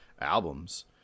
albums